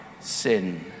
sin